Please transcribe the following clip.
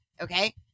okay